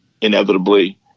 inevitably